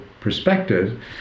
perspective